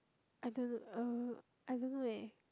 I don't uh I don't know eh